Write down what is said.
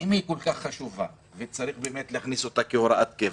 אם היא כל כך חשובה וצריך להכניס אותה כהוראת קבע,